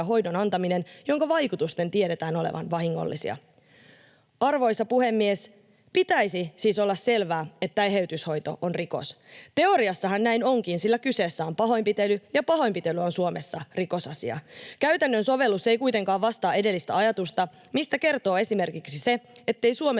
Arvoisa puhemies! Pitäisi siis olla selvää, että eheytyshoito on rikos. Teoriassahan näin onkin, sillä kyseessä on pahoinpitely, ja pahoinpitely on Suomessa rikosasia. Käytännön sovellus ei kuitenkaan vastaa edellistä ajatusta, mistä kertoo esimerkiksi se, ettei Suomessa